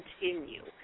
continue